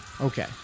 Okay